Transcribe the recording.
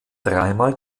dreimal